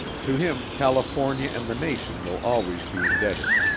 to him, california and the nation will always be indebted.